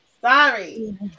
Sorry